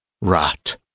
Rot